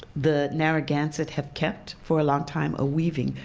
the narragansett have kept for a long time a weaving,